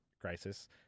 Crisis